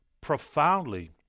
profoundly